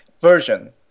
version